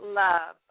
love